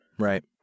Right